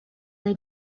they